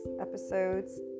Episodes